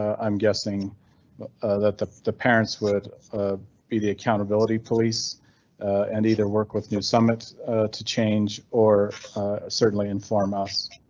ah i'm guessing that the the parents would be the accountability police and either work with new summit to change or certainly inform us.